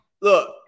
Look